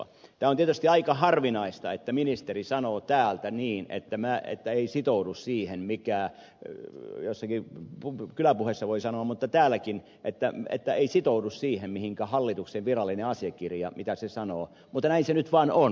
tämä on tietysti aika harvinaista että ministeri sanoo täällä niin että ei sitoudu siihen sen jossakin kyläpuheissa voi sanoa mutta täälläkin väittää että ei sitoudu siihen mitä hallituksen virallinen asiakirja sanoo mutta näin se nyt vaan on